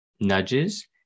nudges